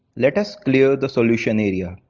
let us clear the solution area,